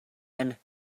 and